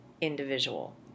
individual